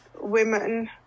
women